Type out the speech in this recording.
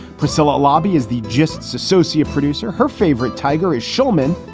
priscilla lobby is the justs associate producer. her favorite tiger is shulman.